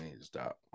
stop